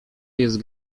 jest